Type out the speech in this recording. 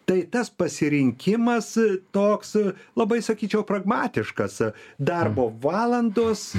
tai tas pasirinkimas toks labai sakyčiau pragmatiškas darbo valandos